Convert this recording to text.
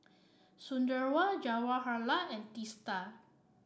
Sunderlal Jawaharlal and Teesta